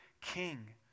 king